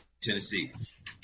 Tennessee